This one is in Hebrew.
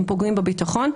הם פוגעים בביטחון,